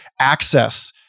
access